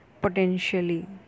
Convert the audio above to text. potentially